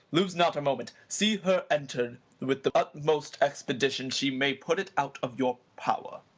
lose not a moment, see her entered with the utmost expedition she may put it out of your power.